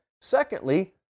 Secondly